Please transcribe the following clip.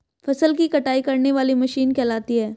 फसल की कटाई करने वाली मशीन कहलाती है?